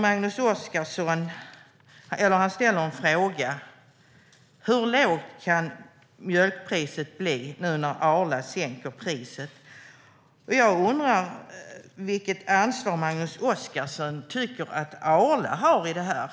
Magnus Oscarsson ställde en fråga: Hur lågt kan mjölkpriset bli nu när Arla sänker priset? Det jag undrar är vilket ansvar Magnus Oscarsson tycker att Arla har för detta.